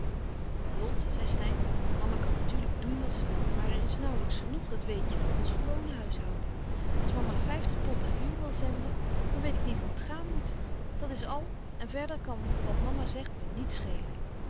zei steyn mama kan natuurlijk doen wat ze wil maar er is nauwlijks genoeg dat weet je voor ons gewone huishouden als mama vijftig pond aan hugh wil zenden dan weet ik niet hoe het gaan moet dat is al en verder kan wat mama zegt me niet schelen